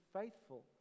faithful